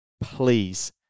please